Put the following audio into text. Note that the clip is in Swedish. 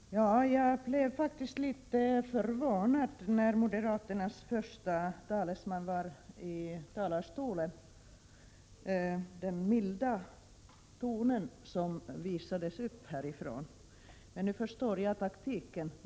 Herr talman! Jag blev faktiskt litet förvånad över den milda tonen från moderaternas förste talesman, men nu förstår jag taktiken.